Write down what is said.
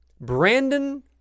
Brandon